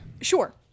Sure